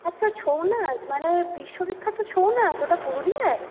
আচ্ছা ছৌ নাচ মানে ওই বিশ্ব বিখ্যাত ছৌ নাচ ওটা পুরুলিয়ার